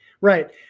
Right